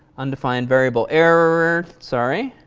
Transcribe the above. undefined variable error sorry.